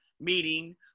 meeting